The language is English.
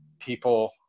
people